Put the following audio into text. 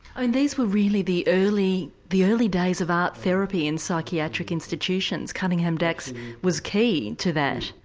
and these were really the early the early days of art therapy in psychiatric institutions. cunningham dax was key to that.